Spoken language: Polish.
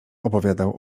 opowiadał